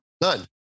None